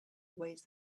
weighs